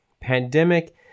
pandemic